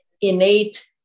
innate